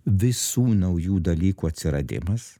visų naujų dalykų atsiradimas